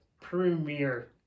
premiere